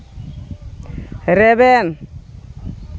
ᱨᱮᱵᱮᱱ